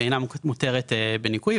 ואינה מותרת בניכוי.